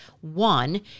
One